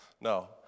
No